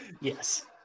Yes